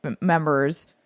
members